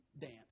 dance